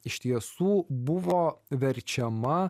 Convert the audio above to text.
iš tiesų buvo verčiama